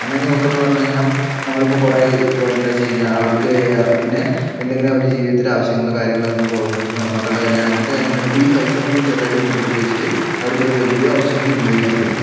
അങ്ങനെ നോക്കണമെന്ന് പറഞ്ഞു കഴിഞ്ഞാൽ നമ്മളിപ്പോൾ കുറെ ഇപ്പോൾ എന്താച്ച് കഴിഞ്ഞാൽ അവർക്ക് പിന്നെ എന്തെങ്കിലും അവരെ ജീവിതത്തിൽ ആവശ്യങ്ങൾ കാര്യങ്ങള് ഇപ്പോൾ മക്കളുടെ കല്യാണം അങ്ങനത്തെ കാര്യങ്ങള് വരുമ്പോൾ ഈ പൈസ ഇങ്ങനെ ചെറുതായിട്ട് കൂട്ടിക്കൂട്ടി വച്ചിട്ട് അവർക്കത് വലിയൊരു അവശ്യത്തിന് ഉപയോഗിക്കാനും പറ്റും